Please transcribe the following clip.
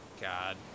God